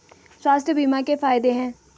स्वास्थ्य बीमा के फायदे हैं?